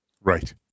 Right